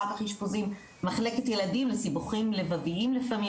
אחר כך אשפוזים מחלקת ילדים לסיבוכים לבביים לפעמים